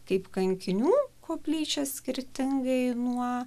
kaip kankinių koplyčia skirtingai nuo